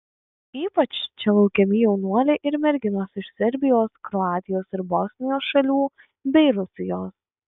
ypač čia laukiami jaunuoliai ir merginos iš serbijos kroatijos ir bosnijos šalių bei rusijos